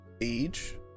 age